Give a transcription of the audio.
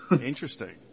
Interesting